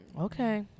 Okay